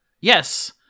yes